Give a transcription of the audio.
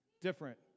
different